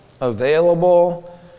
available